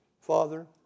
Father